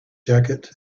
jacket